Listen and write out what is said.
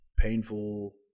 painful